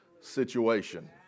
situation